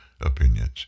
opinions